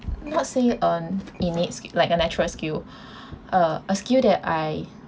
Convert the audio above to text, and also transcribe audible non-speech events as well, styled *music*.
not say it needs like a natural skill *breath* uh a skill that I